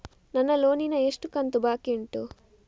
ನನ್ನ ಲೋನಿನ ಎಷ್ಟು ಕಂತು ಬಾಕಿ ಉಂಟು?